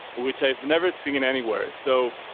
which i've never seen anywhere. so,